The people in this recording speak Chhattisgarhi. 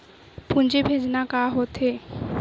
पूंजी भेजना का होथे?